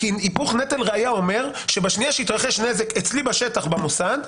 כי היפוך נטל ראיה אומר שבשנייה שהתרחש נזק אצלי בשטח במוסד,